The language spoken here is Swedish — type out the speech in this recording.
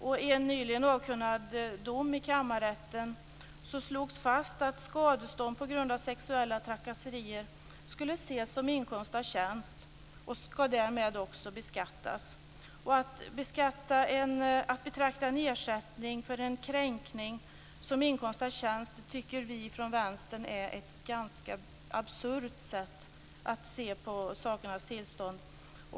I en nyligen avkunnad dom i Kammarrätten slogs det fast att skadestånd på grund av sexuella trakasserier skulle ses som inkomst av tjänst. Därmed ska det också beskattas. Att betrakta en ersättning för en kränkning som inkomst av tjänst tycker vi från Vänstern är ett ganska absurt sätt att se på sakernas tillstånd.